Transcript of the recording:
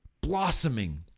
Blossoming